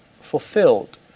fulfilled